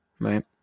Right